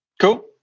Cool